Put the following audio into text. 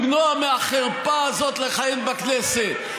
למנוע מהחרפה הזאת לכהן בכנסת,